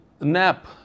nap